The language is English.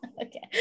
Okay